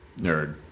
nerd